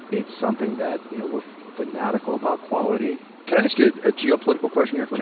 it's something that you know we're fanatical about quality can i ask you a geopolitical question here?